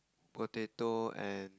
potato and